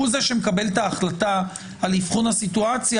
הוא זה שמקבל את ההחלטה על אבחון הסיטואציה,